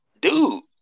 dude